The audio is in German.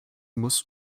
muss